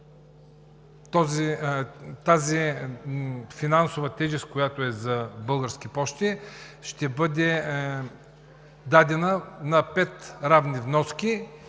тази финансова тежест, която е за „Български пощи“, ще бъде дадена на пет равни вноски